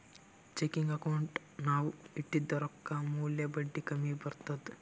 checking ಅಕೌಂಟ್ನಾಗ್ ನಾವ್ ಇಟ್ಟಿದ ರೊಕ್ಕಾ ಮ್ಯಾಲ ಬಡ್ಡಿ ಕಮ್ಮಿ ಬರ್ತುದ್